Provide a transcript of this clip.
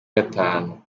gatanu